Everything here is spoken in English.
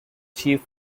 chief